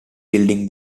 building